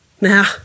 Now